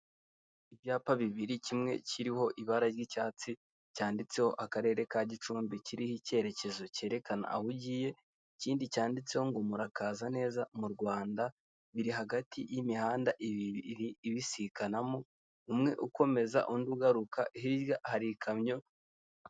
Ibyapa bibiri kimwe kiriho ibara ry'icyatsi cyanditseho akarere ka gicumbi kiriho icyerekezo cyerekana aho ugiye ikindi cyanditseho ngo murakaza neza mu rwanda biri hagati y'imihanda ibiri ibisikanamo umwe ukomeza undi ugaruka hirya hari ikamyo.